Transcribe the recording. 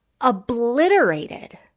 obliterated